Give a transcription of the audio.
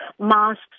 masks